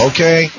Okay